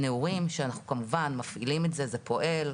נעורים, שאנחנו כמובן מפעילים את זה, זה פועל.